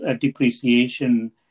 depreciation